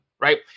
right